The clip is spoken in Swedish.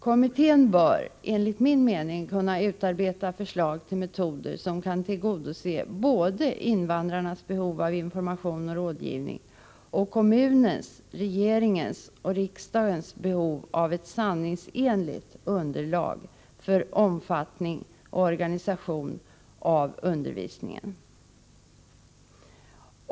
Kommittén bör enligt min mening kunna utarbeta förslag till metoder som kan tillgodose både invandrarnas behov av information och rådgivning och kommunens, regeringens och riksdagens behov av ett sanningsenligt underlag för omfattning och organisation av undervisningen.